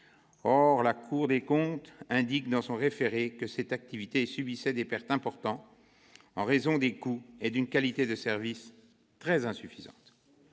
Or la Cour des comptes indique, dans son référé, que cette activité subit des pertes importantes, en raison de ses coûts et d'une qualité de service très insuffisante.